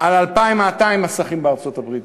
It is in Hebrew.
על 2,200 מסכים בארצות-הברית.